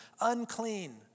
unclean